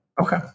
Okay